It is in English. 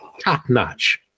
top-notch